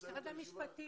שקלים?